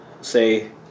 say